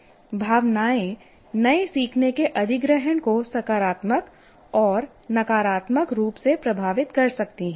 भावनाएँ नए सीखने के अधिग्रहण को सकारात्मक और नकारात्मक रूप से प्रभावित कर सकती हैं